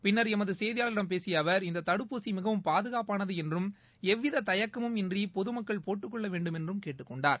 பின்னர் எமது செய்தியாளரிடம் பேசிய அவர் இந்த தடுப்பூசி மிகவும் பாதுகாப்பானது என்றும் எவ்வித தயக்கமும் இன்றி பொதுமக்கள் போட்டுக் கொள்ள வேண்டுமென்றும் கேட்டுக் கொண்டார்